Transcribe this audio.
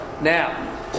Now